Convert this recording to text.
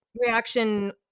reaction